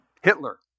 Hitler